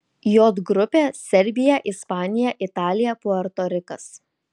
j grupė serbija ispanija italija puerto rikas